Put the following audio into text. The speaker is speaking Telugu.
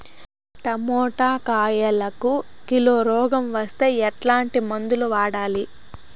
టమోటా కాయలకు కిలో రోగం వస్తే ఎట్లాంటి మందులు వాడాలి?